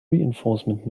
reinforcement